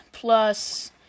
Plus